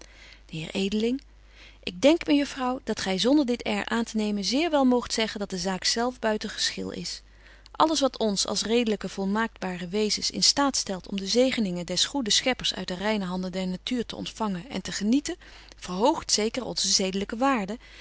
ik denk mejuffrouw dat gy zonder dit air aan te nemen zeer wel moogt zeggen dat de zaak zelf buiten geschil is alles wat ons als redelyke volmaaktbare wezens in staat stelt om de zegeningen des goeden scheppers uit de reine handen der natuur te ontfangen en te genieten verhoogt zeker onze zedelyke waarde